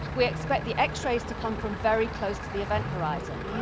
we expect the x-rays to come from very close to the event horizon.